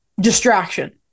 distraction